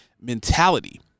mentality